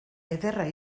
ederra